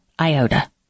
iota